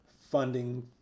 funding